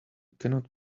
cannot